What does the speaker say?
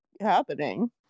happening